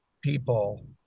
people